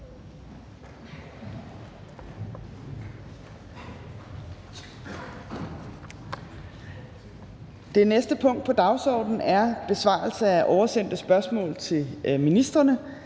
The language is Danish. Det sidste punkt på dagsordenen er: 2) Besvarelse af oversendte spørgsmål til ministrene